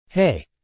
Hey